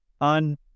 on